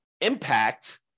impact